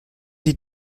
die